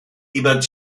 ebert